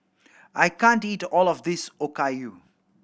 I can't eat all of this Okayu